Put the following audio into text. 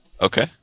Okay